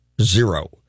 Zero